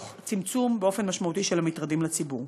תוך צמצום משמעותי של המטרדים לציבור.